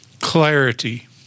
clarity